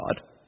God